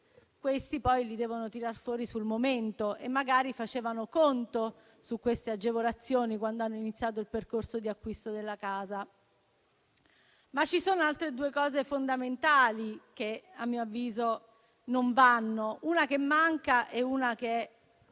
questi soldi li devono tirar fuori sul momento e magari facevano conto su queste agevolazioni quando hanno iniziato il percorso di acquisto della casa. Ci sono altri due elementi fondamentali che, a mio avviso, non vanno: un elemento manca proprio ed